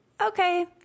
okay